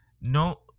no